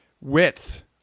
width